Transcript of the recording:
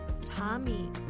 Tommy